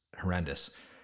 horrendous